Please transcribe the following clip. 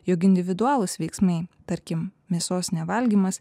jog individualūs veiksmai tarkim mėsos nevalgymas